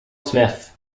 smith